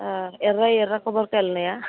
ఎర్రవి ఎర్ర కొబ్బరికాయలు ఉన్నాయా